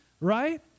right